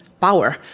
power